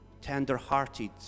tender-hearted